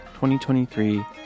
2023